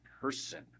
person